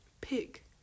pig